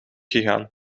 gegaan